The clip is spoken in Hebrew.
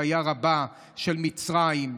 שהיה רבה של מצרים.